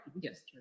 Yes